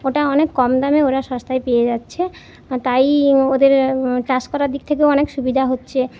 ওটা অনেক কম দামে ওরা সস্তায় পেয়ে যাচ্ছে তাই ওদের চাষ করার দিক থেকেও অনেক সুবিধা হচ্ছে